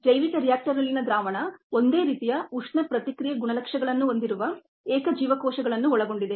ಜೈವಿಕ ರಿಯಾಕ್ಟರ್ನಲ್ಲಿನ ದ್ರಾವಣ ಒಂದೇ ರೀತಿಯ ಉಷ್ಣ ಪ್ರತಿಕ್ರಿಯೆ ಗುಣಲಕ್ಷಣಗಳನ್ನು ಹೊಂದಿರುವ ಏಕ ಜೀವಕೋಶಗಳನ್ನು ಒಳಗೊಂಡಿದೆ